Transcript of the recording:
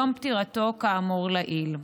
יום פטירתו כאמור לעיל.